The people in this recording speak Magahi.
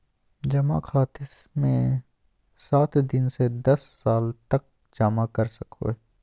जमा खाते मे सात दिन से दस साल तक जमा कर सको हइ